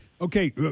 Okay